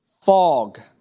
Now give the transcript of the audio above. fog